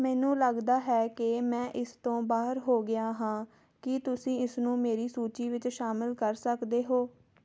ਮੈਨੂੰ ਲੱਗਦਾ ਹੈ ਕਿ ਮੈਂ ਇਸ ਤੋਂ ਬਾਹਰ ਹੋ ਗਿਆ ਹਾਂ ਕੀ ਤੁਸੀਂ ਇਸ ਨੂੰ ਮੇਰੀ ਸੂਚੀ ਵਿੱਚ ਸ਼ਾਮਲ ਕਰ ਸਕਦੇ ਹੋ